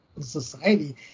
society